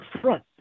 front